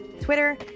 Twitter